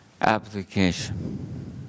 application